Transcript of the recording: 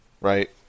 right